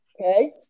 Okay